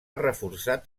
reforçat